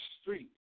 street